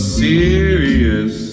serious